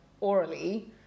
orally